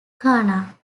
ghana